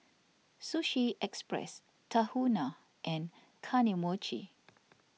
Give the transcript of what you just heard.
Sushi Express Tahuna and Kane Mochi